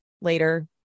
later